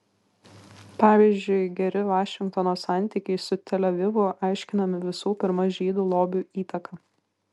pavyzdžiui geri vašingtono santykiai su tel avivu aiškinami visų pirma žydų lobių įtaka